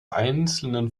einzelnen